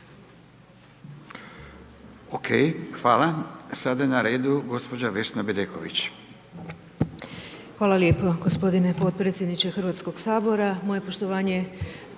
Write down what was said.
Okej, hvala. Sada je na redu gđa. Vesna Bedeković.